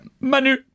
Manu